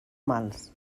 mals